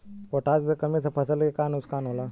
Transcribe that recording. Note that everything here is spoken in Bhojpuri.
पोटाश के कमी से फसल के का नुकसान होला?